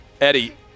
eddie